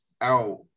out